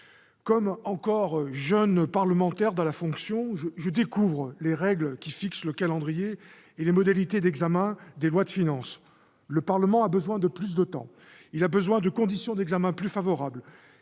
Encore jeune dans la fonction parlementaire, je découvre les règles qui fixent le calendrier et les modalités d'examen des lois de finances. Le Parlement a besoin de plus de temps, de conditions d'examen plus favorables